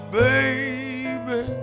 baby